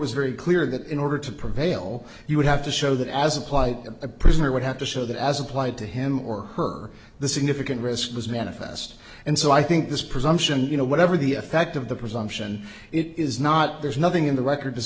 was very clear that in order to prevail you would have to show that as a quite a prisoner would have to show that as applied to him or her the significant risk was manifest and so i think this presumption you know whatever the effect of the presumption it is not there's nothing in the record